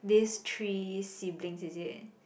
these three siblings is it